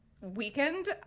weekend